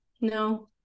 No